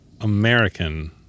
American